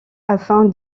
afin